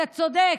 אתה צודק,